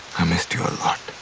i missed you a lot.